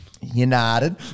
United